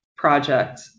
project